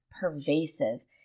pervasive